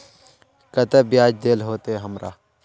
केते बियाज देल होते हमरा?